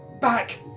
back